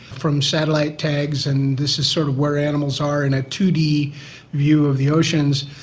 from satellite tags and this is sort of where animals are in a two d view of the oceans.